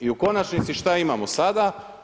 I u konačnici, šta imamo sada?